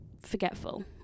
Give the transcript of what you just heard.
forgetful